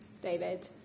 David